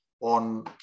on